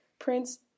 prints